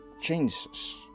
changes